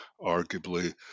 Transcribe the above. arguably